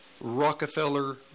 Rockefeller